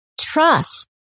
trust